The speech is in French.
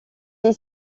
est